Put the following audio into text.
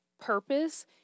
purpose